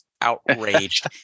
outraged